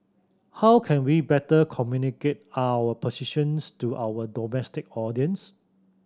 how can we better communicate our positions to our domestic audience